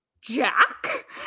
jack